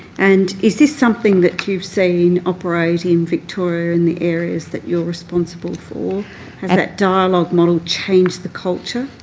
and is this something that you've seen operate in victoria in the areas that you're responsible for has that dialogue model changed the culture?